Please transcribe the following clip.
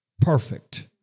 perfect